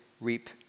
reap